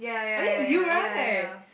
I think is you right